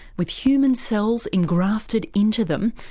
with human cells engrafted into them,